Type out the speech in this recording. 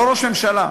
לא ראש ממשלה,